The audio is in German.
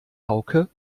hauke